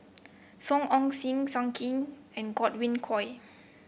Song Ong Siang Zhang Hui and Godwin Koay